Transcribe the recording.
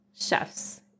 Chef's